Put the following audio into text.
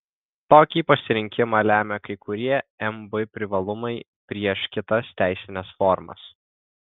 tokį pasirinkimą lemia kai kurie mb privalumai prieš kitas teisines formas